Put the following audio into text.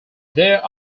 there